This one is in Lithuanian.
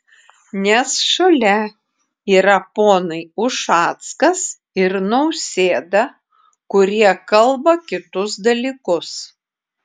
nes šalia yra ponai ušackas ir nausėda kurie kalba kitus dalykus